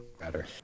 better